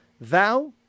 Thou